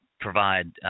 provide –